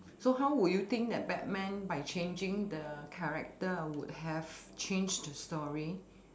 so how would you think that batman by changing the character would have changed the story